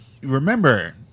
remember